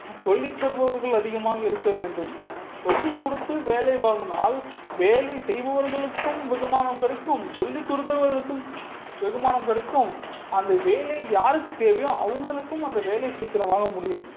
சொல்லி தருபவர்கள் அதிகமாக இருக்க வேண்டும் சொல்லி கொடுத்து வேலை வாங்கினால் வேலை செய்பவர்களுக்கும் வெகுமானம் கிடைக்கும் சொல்லி கொடுத்தவர்களுக்கும் வெகுமானம் கிடைக்கும் அந்த வேலை யாருக்கு தேவையோ அவங்களுக்கும் அந்த வேலை சீக்கிரமாக முடியும்